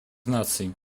наций